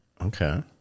Okay